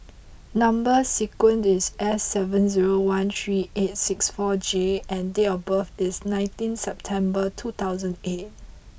number sequence is S seven zero one three eight six four J and date of birth is nineteen September two thousand eight